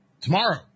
tomorrow